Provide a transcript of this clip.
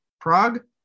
Prague